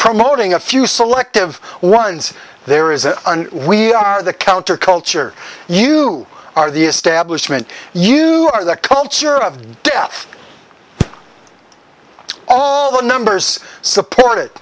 promoting a few selective ones there is a we are the counterculture you are the establishment you are the culture of death all the numbers supported